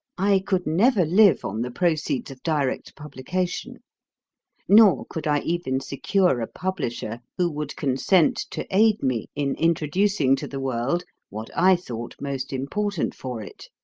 i could never live on the proceeds of direct publication nor could i even secure a publisher who would consent to aid me in introducing to the world what i thought most important for it.